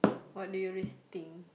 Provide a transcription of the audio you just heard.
what do you always think